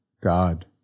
God